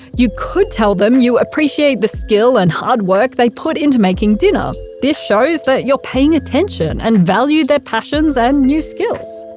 you could tell them you appreciate the skill and hard work they put into making dinner this shows that you're paying attention and value their passions and new skills.